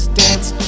dance